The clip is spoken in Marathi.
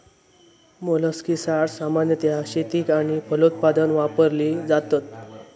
मोलस्किसाड्स सामान्यतः शेतीक आणि फलोत्पादन वापरली जातत